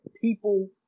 people